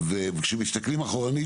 וכשמסתכלים אחורנית,